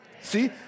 See